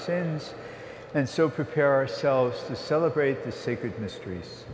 sayings and so prepare ourselves and celebrate the sacred mysteries